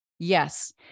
Yes